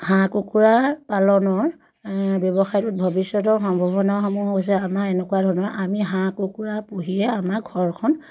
হাঁহ কুকুৰাৰ পালনৰ ব্যৱসায়টোত ভৱিষ্যতৰ সম্ভাৱনাসমূহ হৈছে আমাৰ এনেকুৱা ধৰণৰ আমি হাঁহ কুকুৰা পুহিয়ে আমাৰ ঘৰখন